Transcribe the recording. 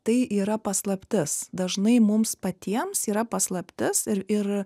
tai yra paslaptis dažnai mums patiems yra paslaptis ir ir